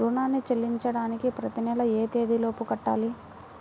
రుణాన్ని చెల్లించడానికి ప్రతి నెల ఏ తేదీ లోపు కట్టాలి?